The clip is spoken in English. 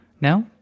no